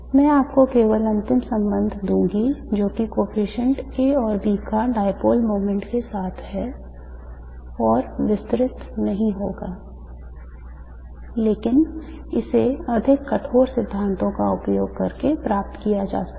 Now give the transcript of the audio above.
मैं आपको केवल अंतिम संबंध दूंगा जो कि coefficient A और B का dipole moment के साथ है और विस्तृत नहीं होगा लेकिन इसे अधिक कठोर सिद्धांतों का उपयोग करके प्राप्त किया जा सकता है